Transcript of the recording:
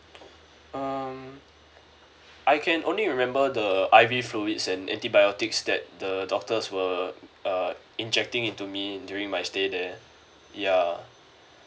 um I can only remember the I_V fluids and antibiotics that the doctors were uh injecting it to me during my stay there ya